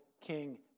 king